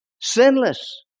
Sinless